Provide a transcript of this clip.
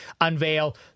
unveil